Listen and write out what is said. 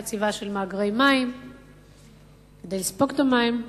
בין שמדובר בחציבה של מאגרי מים כדי לספוג את המים,